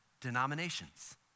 denominations